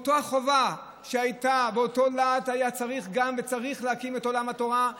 באותה חובה שהייתה ואותו להט היה צריך להקים את עולם התורה,